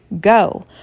go